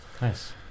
Nice